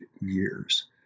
years